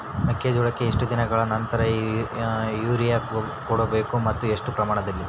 ಮೆಕ್ಕೆಜೋಳಕ್ಕೆ ಎಷ್ಟು ದಿನಗಳ ನಂತರ ಯೂರಿಯಾ ಕೊಡಬಹುದು ಮತ್ತು ಎಷ್ಟು ಪ್ರಮಾಣದಲ್ಲಿ?